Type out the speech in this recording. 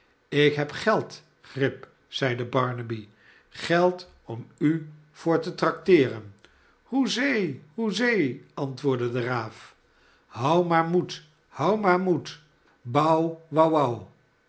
ik heb geld grip zeide barnaby geld om u voor te tracteeren hoezee hoezee antwoordde de raat hou maar moed hou maar moed